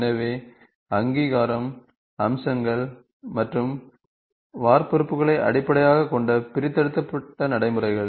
எனவே அங்கீகாரம் அம்சங்கள் மற்றும் வார்ப்புருக்களை அடிப்படையாகக் கொண்ட பிரித்தெடுக்கப்பட்ட நடைமுறைகள்